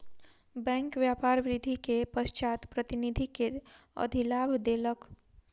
bank व्यापार वृद्धि के पश्चात प्रतिनिधि के अधिलाभ देलक